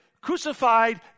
crucified